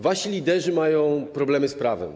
Wasi liderzy mają problemy z prawem.